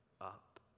up